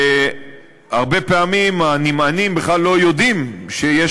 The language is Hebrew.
והרבה פעמים הנמענים בכלל לא יודעים שיש